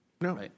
No